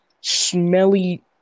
smelly